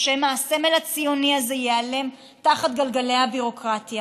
שמא הסמל הציוני הזה ייעלם תחת גלגלי הביורוקרטיה.